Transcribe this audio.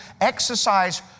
exercise